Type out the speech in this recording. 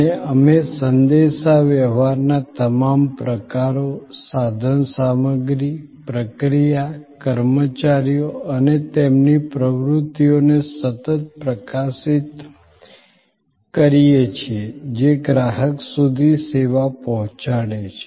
અને અમે સંદેશાવ્યવહારના તમામ પ્રકારો સાધનસામગ્રી પ્રક્રિયા કર્મચારીઓ અને તેમની પ્રવૃત્તિઓને સતત પ્રકાશિત કરીએ છીએ જે ગ્રાહક સુધી સેવા પહોંચાડે છે